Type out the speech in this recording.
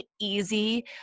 easy